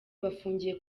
bafungiye